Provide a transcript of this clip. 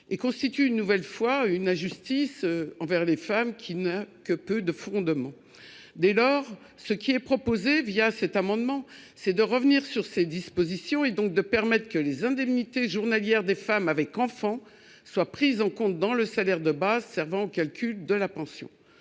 et constitue, une nouvelle fois, une injustice envers les femmes qui n'a que peu de fondement. Dès lors, cet amendement vise à revenir sur ces dispositions et à permettre que les indemnités journalières des femmes avec enfants soient prises en compte dans le salaire de base servant au calcul de la pension.